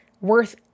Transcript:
Worth